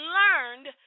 learned